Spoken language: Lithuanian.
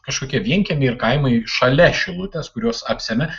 kažkokie vienkiemiai ir kaimai šalia šilutės kuriuos apsemia